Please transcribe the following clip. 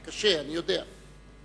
זה קשה, אני יודע.